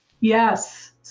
Yes